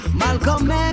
malcolm